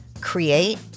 create